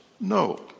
No